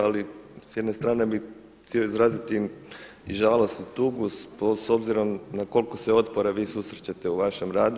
Ali s jedne strane bi htio izraziti i žalost i tugu s obzirom na koliko se otpora vi susrećete u vašem radu.